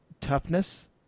toughness